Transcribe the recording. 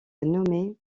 nommée